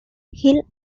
hill